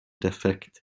defekt